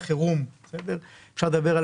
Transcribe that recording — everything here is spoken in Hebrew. החירום אפשר לדבר על